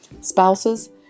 spouses